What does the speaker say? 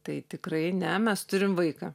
tai tikrai ne mes turim vaiką